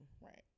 right